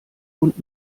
und